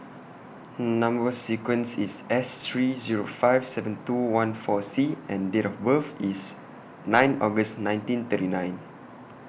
Number sequence IS S three Zero five seven two one four C and Date of birth IS nine August nineteen thirty nine